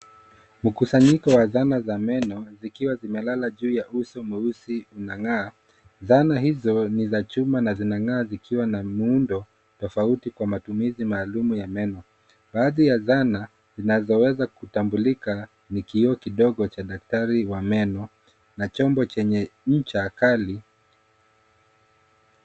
Mkusanyiko wa dhana za meno zikiwa zimelala juu ya uso mweusi unang'aa. Dhana hizo ni za chuma na zinang'aa zikiwa na miundo tofauti kwa matumizi maalum ya meno. Baadhi ya dhana zinazoweza kutambulika ni kioo kidogo cha daktari wa meno na chombo chenye ncha kali.